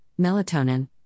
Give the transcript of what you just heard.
melatonin